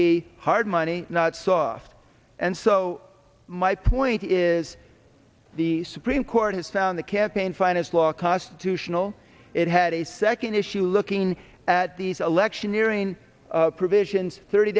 be hard money not soft and so my point is the supreme court has found the campaign finance law cost to tional it had a second issue looking at these electioneering provisions thirty